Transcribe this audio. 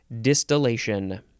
Distillation